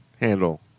handle